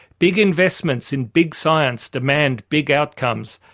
big investments in big science demand big outcomes,